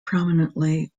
prominently